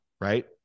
right